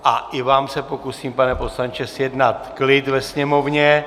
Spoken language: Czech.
A i vám se pokusím, pane poslanče, zjednat klid ve sněmovně.